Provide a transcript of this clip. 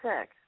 sick